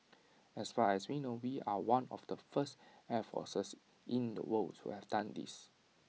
as far as we know we are one of the first air forces in the world to have done this